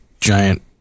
giant